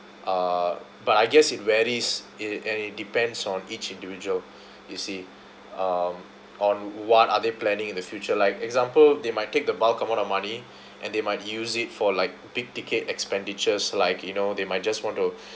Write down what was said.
uh but I guess it varies it and it depends on each individual you see um on what are they planning in the future like example they might take the bulk amount of money and they might use it for like big ticket expenditures like you know they might just want to